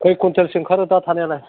खय कुइन्टेल सो ओंखारो दा थानायालाय